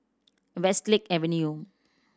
Westlake Avenue